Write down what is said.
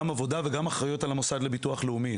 גם עבודה וגם אחריות על המוסד לביטוח לאומי,